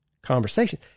conversation